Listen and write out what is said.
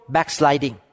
Backsliding